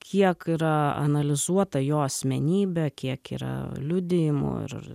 kiek yra analizuota jo asmenybė kiek yra liudijimų ir